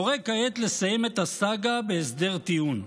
קורא כעת לסיים את הסאגה בהסדר טיעון.